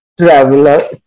traveler